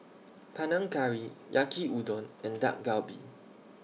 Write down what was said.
Panang Curry Yaki Udon and Dak Galbi